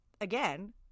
again